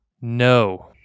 No